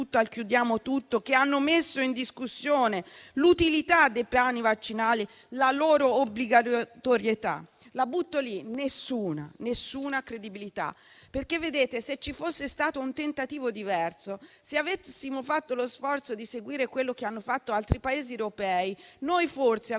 al chiudiamo tutto, che hanno messo in discussione l'utilità dei piani vaccinali e la loro obbligatorietà. La butto lì: nessuna credibilità. Se ci fosse stato un tentativo diverso, se avessimo fatto lo sforzo di seguire quello che hanno fatto altri Paesi europei, forse avremmo